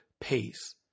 pace